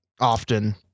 often